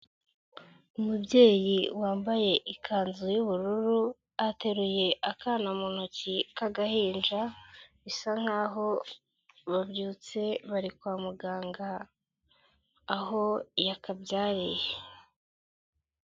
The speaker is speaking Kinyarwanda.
Umubyeyi wambaye ikanzu y'ubururu ateruye akana mu ntoki k'agahinja bisa nk'aho babyutse bari kwa muganga aho yakabyariye.